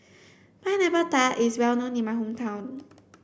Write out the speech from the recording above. pineapple tart is well known in my hometown